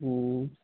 اوں